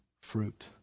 fruit